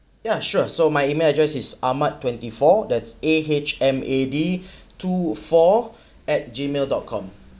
ya sure so my email address is Ahmad twenty four that's A H M A D two four at gmail dot com